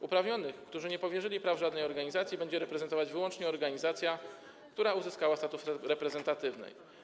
Uprawnionych, którzy nie powierzyli praw żadnej organizacji, będzie reprezentować wyłącznie organizacja, która uzyskała status reprezentatywnej.